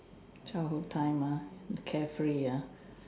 childhood time ah carefree ya